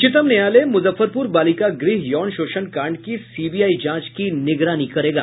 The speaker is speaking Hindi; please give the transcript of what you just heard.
उच्चतम न्यायालय मुजफ्फरपुर बालिका गृह यौन शोषण कांड की सीबीआई जांच की निगरानी करेगा